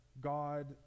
God